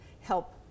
help